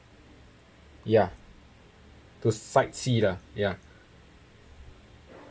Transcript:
ya to sightsee lah ya